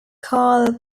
karl